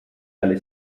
dalle